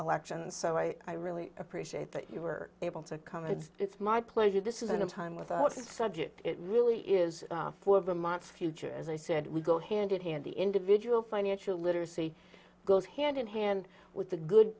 election and so i really appreciate that you were able to come and it's my pleasure this isn't a time without subject it really is for vermont future as i said we go hand in hand the individual financial literacy goes hand in hand with the good